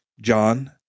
John